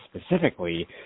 specifically